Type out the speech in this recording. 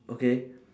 okay